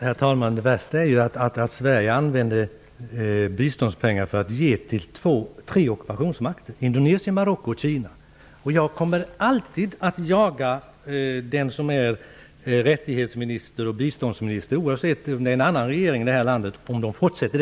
Herr talman! Det värsta är att Sverige ger biståndspengar till tre ockupationsmakter: Indonesien, Marocko och Kina. Jag kommer alltid att jaga den som är rättighetsminister och biståndsminister, oavsett om landet har en annan regering, om denna politik fortsätter.